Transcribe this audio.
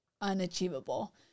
unachievable